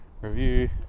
review